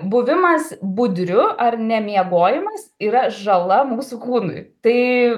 buvimas budriu ar ne miegojimas yra žala mūsų kūnui tai